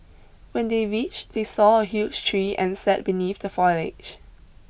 when they reached they saw a huge tree and sat beneath the foliage